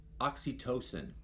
oxytocin